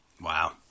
Wow